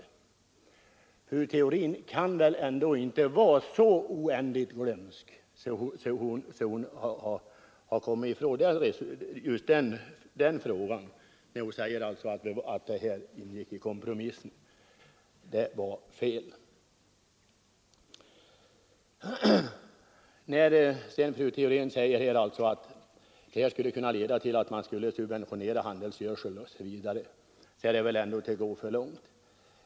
Fru Theorin kan väl inte vara så oändligt glömsk att hon nu vill hävda att ett bibehållande av inkomstgränsen ingick i kompromissen. När sedan fru Theorin säger att ett bifall till reservationen 4 skulle kunna leda till att staten fick börja subventionera handelsgödsel osv., så är det väl ändå att gå för långt.